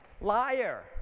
liar